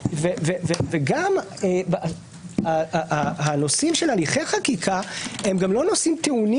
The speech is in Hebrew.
וגם, הנושאים של הליכי חקיקה הם אינם טעונים